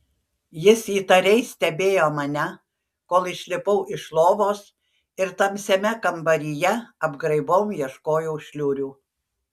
jis įtariai stebėjo mane kol išlipau iš lovos ir tamsiame kambaryje apgraibom ieškojau šliurių